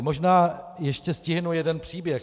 Možná ještě stihnu jeden příběh.